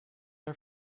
are